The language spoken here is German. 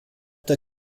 der